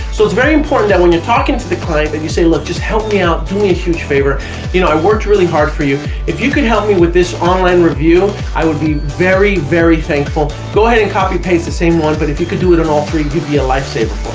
so it's very important that when you're talking to the client and you say look just help me out do me a huge favor you know i worked really hard for you if you could help me with this online review i would be very very thankful go ahead and copy paste the same one but if you could do it on all three you'd be a lifesaver